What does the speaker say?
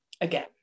again